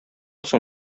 соң